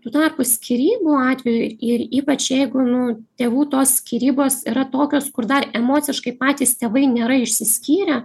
tuo tarpu skyrybų atveju ir ir ypač jeigu nu tėvų tos skyrybos yra tokios kur dar emociškai patys tėvai nėra išsiskyrę